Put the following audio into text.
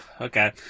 okay